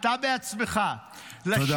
אתה בעצמך -- תודה.